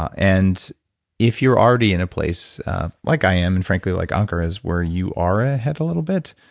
and if you're already in a place like i am, and frankly, like ankur is, where you are ahead a little bit,